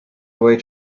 away